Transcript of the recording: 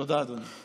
תודה, אדוני.